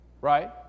Right